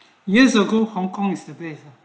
years ago hongkong is the best